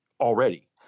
already